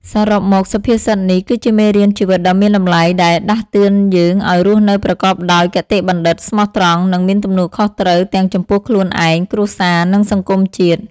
សរុបមក សុភាសិតនេះគឺជាមេរៀនជីវិតដ៏មានតម្លៃ ដែលដាស់តឿនយើងឱ្យរស់នៅប្រកបដោយគតិបណ្ឌិត ស្មោះត្រង់ និងមានទំនួលខុសត្រូវទាំងចំពោះខ្លួនឯង គ្រួសារ និងសង្គមជាតិ។